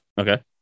Okay